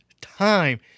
time